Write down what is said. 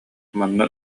манна